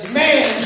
man